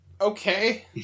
okay